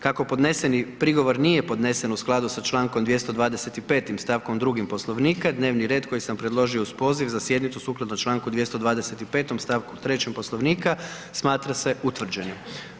Kako podneseni prigovor nije podnesen u skladu sa čl. 225. st. 2. Poslovnika, dnevni red koji sam predložio uz poziv za sjednicu sukladno čl. 225. st. 3. Poslovnika, smatra se utvrđenim.